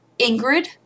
Ingrid